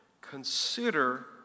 consider